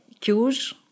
cues